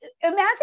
imagine